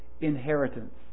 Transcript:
inheritance